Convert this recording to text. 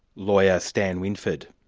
lawyer, stan winford.